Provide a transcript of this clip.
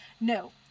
No